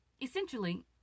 Essentially